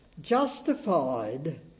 justified